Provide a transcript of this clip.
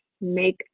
make